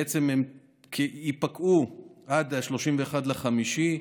בעצם הן יפקעו עד 31 במאי.